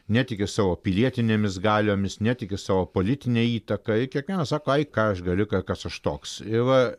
netiki savo pilietinėmis galiomis netiki savo politine įtaka ir kiekvienas sako ai ką aš galiu k kas aš toks va